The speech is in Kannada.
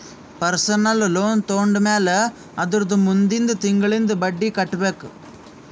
ಪರ್ಸನಲ್ ಲೋನ್ ತೊಂಡಮ್ಯಾಲ್ ಅದುರ್ದ ಮುಂದಿಂದ್ ತಿಂಗುಳ್ಲಿಂದ್ ಬಡ್ಡಿ ಕಟ್ಬೇಕ್